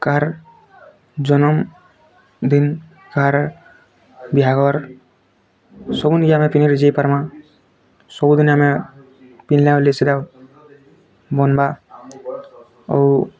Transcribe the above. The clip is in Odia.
କାହାର୍ ଜନମ୍ ଦିନ୍ କାହାର୍ ବିହାଘର୍ ସବୁ ଆମେ ପିନ୍ଧିକି ଯାଇ ପାର୍ମା ସବୁ ଦିନ୍ ଆମେ ପିନ୍ଧିଲା ବନ୍ବା ଆଉ